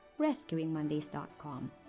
RescuingMondays.com